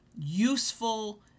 useful